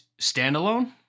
standalone